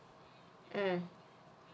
mm